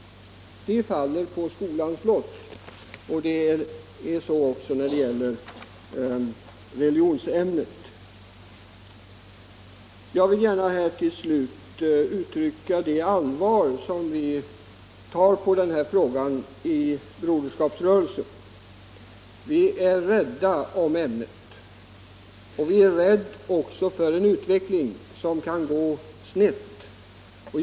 Och att väcka det intresset faller på skolans lott. Detta gäller också för ämnet religionskunskap. Sedan vill jag här också ge uttryck för med vilket allvar vi i Broderskapsrörelsen ser på hela denna fråga. Vi är rädda om religionskunskapsämnet, och vi är även rädda för att utvecklingen går snett.